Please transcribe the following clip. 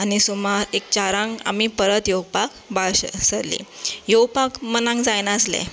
आनी सुमार एक चारांक आमी परत येवपाक भायर सर सरली येवपाक मनाक जायनासलें